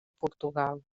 portugal